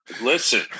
Listen